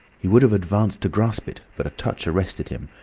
he would have advanced to grasp it, but a touch arrested him,